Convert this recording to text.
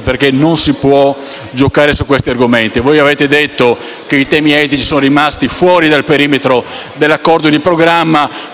perché non si può giocare su questi argomenti. Voi avete detto che i temi etici sono rimasti fuori del perimetro dell'accordo di programma,